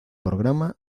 programa